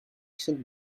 should